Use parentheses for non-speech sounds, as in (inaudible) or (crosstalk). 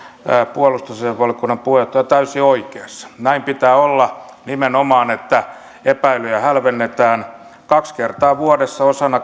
puolustusasiainvaliokunnan puheenjohtaja on täysin oikeassa näin pitää olla nimenomaan että epäilyjä hälvennetään kaksi kertaa vuodessa osana (unintelligible)